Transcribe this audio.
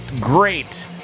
great